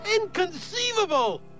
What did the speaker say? Inconceivable